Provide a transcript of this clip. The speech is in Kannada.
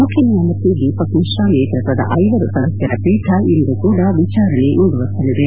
ಮುಖ್ಯ ನ್ವಾಯಮೂರ್ತಿ ದೀಪಕ್ ಮಿಶ್ರಾ ನೇತೃತ್ವದ ಐವರು ಸದಸ್ಕರ ಪೀಠ ಇಂದು ಕೂಡ ವಿಜಾರಣೆ ಮುಂದುವರಿಸಲಿದೆ